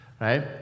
right